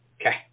Okay